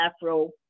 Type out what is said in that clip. Afro